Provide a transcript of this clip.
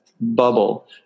bubble